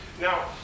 Now